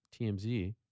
TMZ